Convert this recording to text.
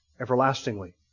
everlastingly